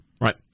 right